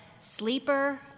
Sleeper